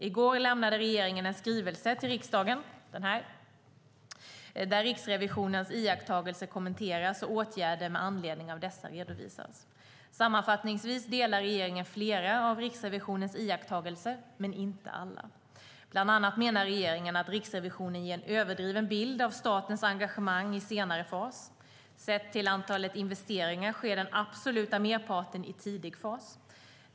I går lämnade regeringen en skrivelse till riksdagen - den jag håller här i min hand - där Riksrevisionens iakttagelser kommenteras och åtgärder med anledning av dessa redovisas. Sammanfattningsvis delar regeringen flera av Riksrevisionens iakttagelser, men inte alla. Bland annat menar regeringen att Riksrevisionen ger en överdriven bild av statens engagemang i senare fas. Sett till antalet investeringar sker den absoluta merparten i tidig fas.